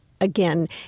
Again